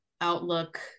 outlook